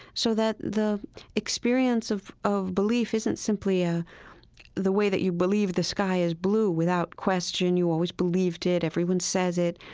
so that the experience of of belief isn't simply ah the way that you believe the sky is blue without question. you always believed it, everyone says it,